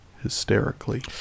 hysterically